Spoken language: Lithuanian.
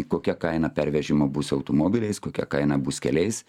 kokia kaina pervežimo bus automobiliais kokia kaina bus keliais